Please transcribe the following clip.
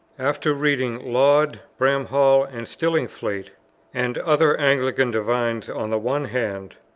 after reading laud, bramhall, and stillingfleet and other anglican divines on the one hand,